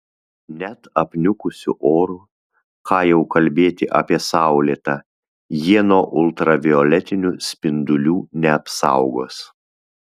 net apniukusiu oru ką jau kalbėti apie saulėtą jie nuo ultravioletinių spindulių neapsaugos